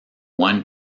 one